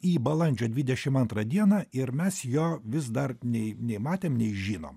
į balandžio dvidešim antrą dieną ir mes jo vis dar nei nei matėm nei žinom